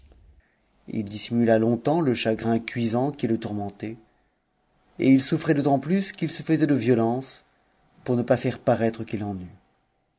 t dissimula longtemps le chagrin cuisant qui le tour jt et il soutirait d'autant plus qu'il se faisait de violence pour ne is a c paraître qu'il en eût